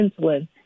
insulin